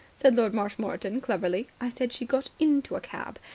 said lord marshmoreton cleverly. i said she got into a cab.